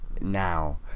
now